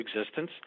existence